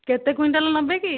କେତେ କୁଇଣ୍ଟାଲ ନେବେ କି